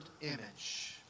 image